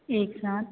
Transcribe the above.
एक साथ